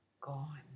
gone